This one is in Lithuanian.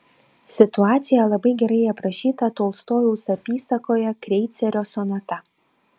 situacija labai gerai aprašyta tolstojaus apysakoje kreicerio sonata